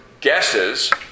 guesses